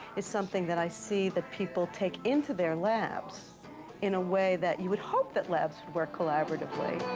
is something that i see that people take into their labs in a way that you would hope that labs work collaboratively.